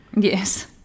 yes